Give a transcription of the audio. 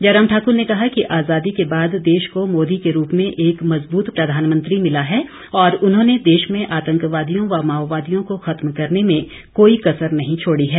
जयराम ठाक्र ने कहा कि आजादी के बाद देश को मोदी के रूप में एक मजबूत प्रधानमंत्री मिला है और उन्होंने देश में आतंकवादियों व माओवादियों को खत्म करने में कोई कसर नहीं छोड़ी है